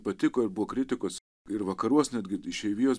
patiko ir buvo kritikos ir vakaruos netgi išeivijos